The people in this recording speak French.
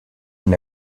une